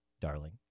darling